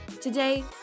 Today